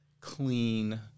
clean